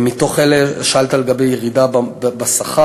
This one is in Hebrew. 6. שאלת לגבי ירידה בשכר,